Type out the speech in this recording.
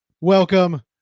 welcome